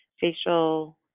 facial